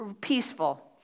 peaceful